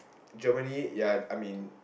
Germany ya I mean